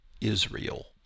Israel